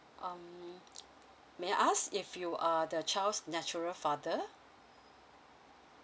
um may I ask if you are the child's natural father